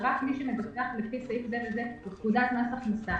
רק מי שמדווח לפי סעיף זה וזה בפקודת מס הכנסה.